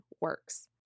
works